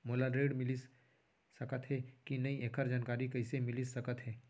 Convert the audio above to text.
मोला ऋण मिलिस सकत हे कि नई एखर जानकारी कइसे मिलिस सकत हे?